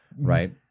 right